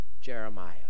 Jeremiah